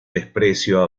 desprecio